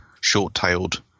short-tailed